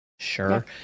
sure